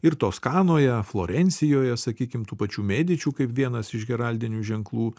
ir toskanoje florencijoje sakykim tų pačių medičių kaip vienas iš heraldinių ženklų